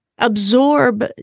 absorb